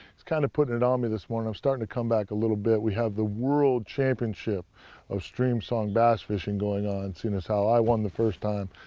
kind of putting it on me this morning. i'm starting to come back a little bit. we have the world championship of streamsong bass fishing going on. seeing as how i won the first time,